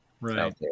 Right